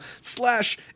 slash